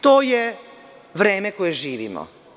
To je vreme koje živimo.